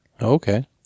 Okay